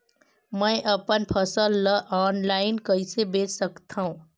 मैं अपन फसल ल ऑनलाइन कइसे बेच सकथव?